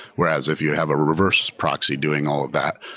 whereas if you have a reverse proxy doing all of that,